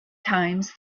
times